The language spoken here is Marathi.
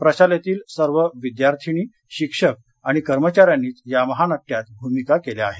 प्रशालेतील सर्व विद्यार्थीनी शिक्षक आणि कर्मचाऱ्यांनीच या महानाट्यात भूमिका केल्या आहेत